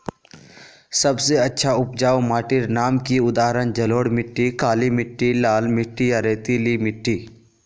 सबसे अच्छा उपजाऊ माटिर नाम की उदाहरण जलोढ़ मिट्टी, काली मिटटी, लाल मिटटी या रेतीला मिट्टी?